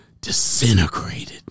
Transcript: Disintegrated